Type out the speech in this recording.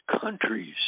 countries